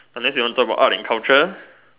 unless you want to talk about art and culture